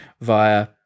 via